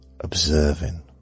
observing